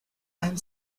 and